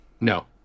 No